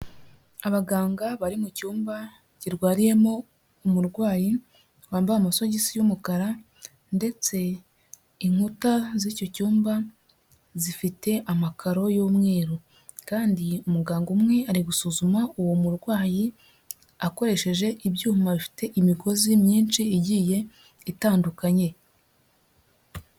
Abaganga bari mu cyumba kirwariyemo umurwayi wambaye amasogisi y'umukara ndetse inkuta z'icyo cyumba zifite amakaro y'umweru kandi umuganga umwe ari gusuzuma uwo murwayi akoresheje ibyuma bifite imigozi myinshi igiye itandukanye.